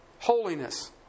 Holiness